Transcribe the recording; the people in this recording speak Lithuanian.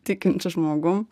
tikinčiu žmogum